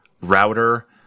router